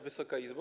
Wysoka Izbo!